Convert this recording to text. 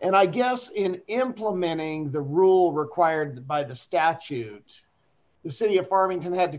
and i guess in implementing the rule required by the statute the city of farmington had to